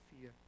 fear